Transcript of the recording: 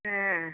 हँ